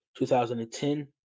2010